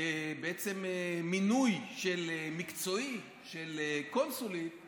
בעצם מינוי מקצועי של קונסולית,